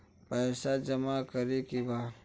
पैसा जमा करे के बा?